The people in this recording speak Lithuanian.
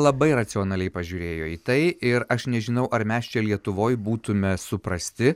labai racionaliai pažiūrėjo į tai ir aš nežinau ar mes čia lietuvoj būtume suprasti